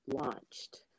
launched